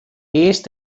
earst